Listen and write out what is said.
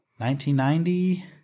1990